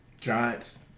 Giants